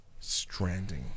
Stranding